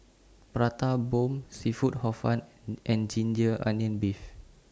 Prata Bomb Seafood Hor Fun and Ginger Onions Beef